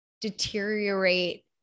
deteriorate